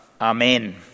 amen